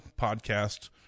Podcast